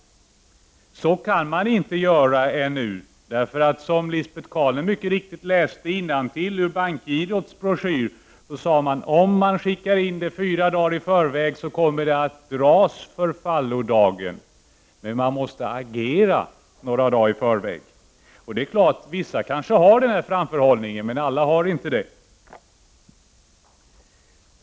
Så kan man inte göra ännu. Som Lisbet Calner mycket riktigt läste ur Bankgirocentralens broschyr så kommer det att dras på förfallodagen om man skickar in betalningsuppdraget fyra dagar innan — men man måste agera några dagar i förväg. Det är klart att vissa kanske har den framförhållningen, men alla har inte det.